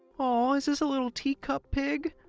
aww! is this a little tea cup pig?